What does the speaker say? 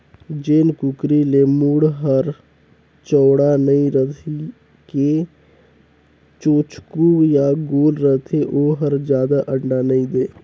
जेन कुकरी के मूढ़ हर चउड़ा नइ रहि के चोचकू य गोल रथे ओ हर जादा अंडा नइ दे